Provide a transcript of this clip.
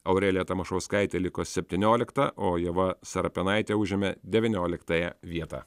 aurelija tamašauskaitė liko septyniolikta o ieva serapinaitė užėmė devynioliktąją vietą